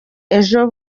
ejo